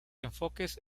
enfoques